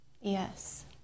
Yes